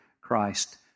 Christ